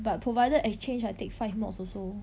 but provided exchange I take five mods also